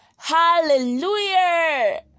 hallelujah